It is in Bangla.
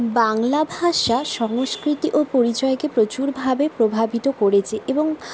বাংলা ভাষা সংস্কৃতি ও পরিচয়কে প্রচুরভাবে প্রভাবিত করেছে এবং